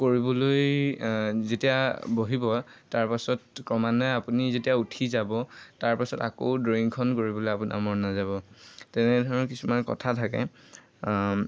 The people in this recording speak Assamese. কৰিবলৈ যেতিয়া বহিব তাৰপাছত ক্ৰমান্বয়ে আপুনি যেতিয়া উঠি যাব তাৰপাছত আকৌ ড্ৰয়িংখন কৰিবলৈ আপোনাৰ মন নাযাব তেনেধৰণৰ কিছুমান কথা থাকে